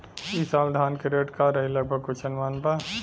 ई साल धान के रेट का रही लगभग कुछ अनुमान बा?